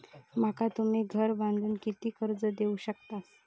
माका तुम्ही घर बांधूक किती कर्ज देवू शकतास?